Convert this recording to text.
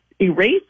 erase